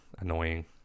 annoying